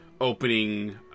opening